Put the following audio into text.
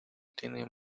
tiene